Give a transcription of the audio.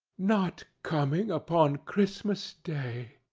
not coming upon christmas day!